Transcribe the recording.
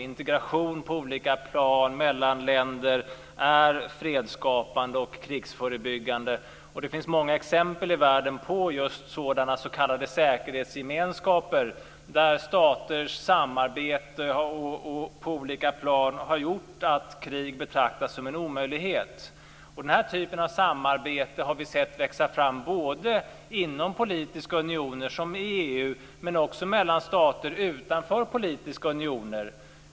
Integration på olika plan mellan länder är fredsskapande och krigsförebyggande, och det finns många exempel i världen på s.k. säkerhetsgemenskaper där staters samarbete på olika plan har gjort att krig betraktas som en omöjlighet. Den här typen av samarbete har vi sett växa fram inom politiska unioner, som i EU, men också mellan stater utanför politiska unioner.